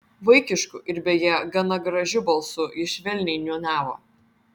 vaikišku ir beje gana gražiu balsu jis švelniai niūniavo